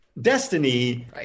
Destiny